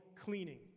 cleaning